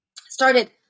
started